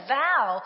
vow